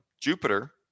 Jupiter